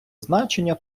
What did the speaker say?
значення